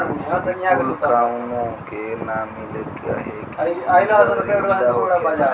इ कूल काउनो के ना मिले कहे की इ जहरीला होखेला